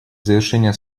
завершения